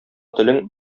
телең